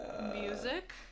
music